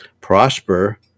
Prosper